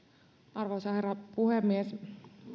arvoisa herra puhemies